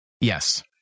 Yes